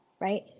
Right